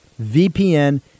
vpn